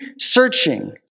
searching